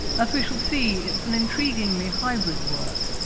as we shall see, it's an intriguingly hybrid work,